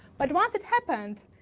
but once it happened,